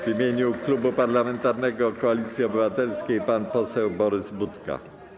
W imieniu Klubu Parlamentarnego Koalicja Obywatelska pan poseł Borys Budka.